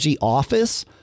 Office